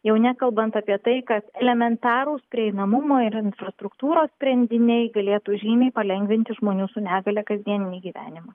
jau nekalbant apie tai kad elementarūs prieinamumo ir infrastruktūros sprendiniai galėtų žymiai palengvinti žmonių su negalia kasdieninį gyvenimą